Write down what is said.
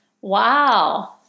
Wow